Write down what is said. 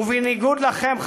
ובניגוד לכם,